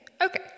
okay